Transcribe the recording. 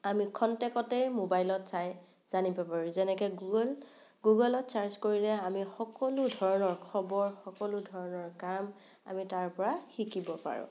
আমি খন্তেকতে মোবাইলত চাই জানিব পাৰোঁ যেনেকৈ গুগুল গুগুলত চাৰ্চ কৰিলে আমি সকলো ধৰণৰ খবৰ সকলো ধৰণৰ কাম আমি তাৰপৰা শিকিব পাৰোঁ